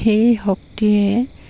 সেই শক্তিয়ে